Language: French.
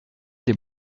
des